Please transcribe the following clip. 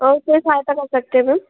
और क्या सहायता कर सकते हैं मैम